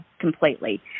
completely